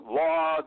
law